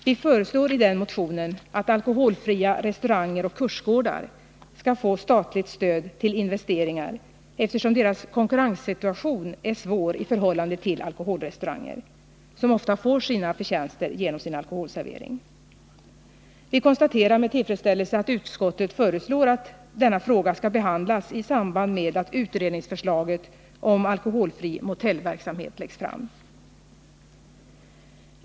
Vi föreslår i denna motion att alkoholfria restauranger och kursgårdar skall få statligt stöd till investeringar, eftersom de har en svår konkurrenssituation i förhållande till alkoholrestauranger, som ofta får sina förtjänster genom sin alkoholservering. Vi konstaterar med tillfredsställelse att utskottet föreslår att denna fråga skall behandlas i samband med att utredningsförslaget om alkoholfri motellverksamhet läggs fram.